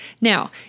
Now